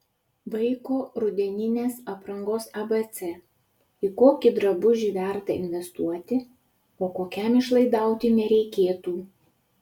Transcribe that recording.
vaiko rudeninės aprangos abc į kokį drabužį verta investuoti o kokiam išlaidauti nereikėtų